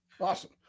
Awesome